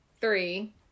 three